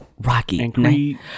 Rocky